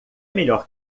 melhor